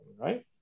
right